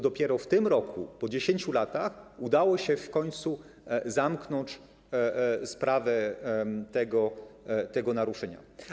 Dopiero w tym roku, po 10 latach, udało się w końcu zamknąć sprawę tego naruszenia.